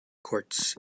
courts